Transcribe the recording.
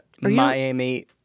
Miami